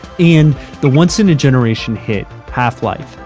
and the once-in-a-generation hit, half-life,